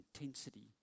intensity